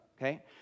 Okay